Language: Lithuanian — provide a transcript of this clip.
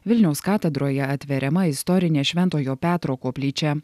vilniaus katedroje atveriama istorinė šventojo petro koplyčia